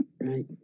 right